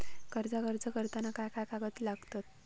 कर्जाक अर्ज करताना काय काय कागद लागतत?